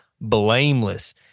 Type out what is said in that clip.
blameless